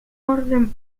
orden